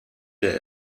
der